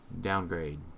Downgrade